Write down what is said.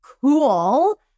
Cool